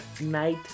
night